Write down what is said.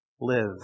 live